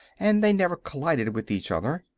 and they never collided with each other,